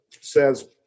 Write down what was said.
says